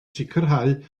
sicrhau